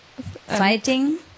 Fighting